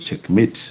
checkmate